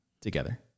together